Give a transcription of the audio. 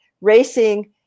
racing